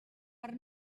per